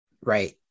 Right